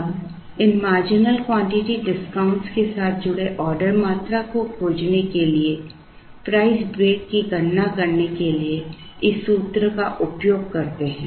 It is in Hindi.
अब इन मार्जिनल क्वांटिटी डिस्काउंट के साथ जुड़े ऑर्डर मात्रा को खोजने के लिए प्राइस ब्रेक की गणना करने के लिए इस सूत्र का उपयोग करते हैं